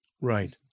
Right